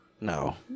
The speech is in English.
No